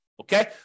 Okay